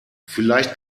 vielleicht